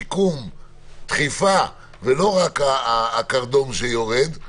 שיקום, דחיפה, ולא רק הגרדום שיורד.